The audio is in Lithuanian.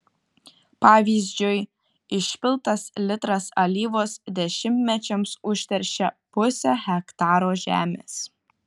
pavyzdžiui išpiltas litras alyvos dešimtmečiams užteršia pusę hektaro žemės